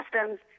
customs